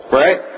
right